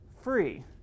free